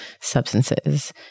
substances